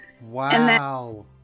wow